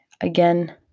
again